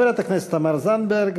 חברת הכנסת תמר זנדברג,